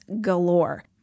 galore